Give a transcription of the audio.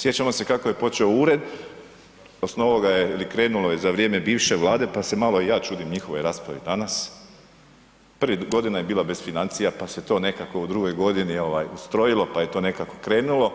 Sjećamo se kako je počeo ured, osnovao ga je ili krenulo je za vrijeme bivše Vlade, pa se malo i ja čudim njihovoj raspravi danas, prvih godina je bila bez financija, pa se to nekako u drugoj godini ustrojilo, pa je to nekako krenulo,